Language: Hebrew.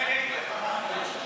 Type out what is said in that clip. רק אגיד לך מה הטיעון שלך.